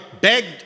begged